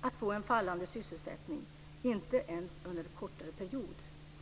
att få en fallande sysselsättning, inte ens under en kortare period.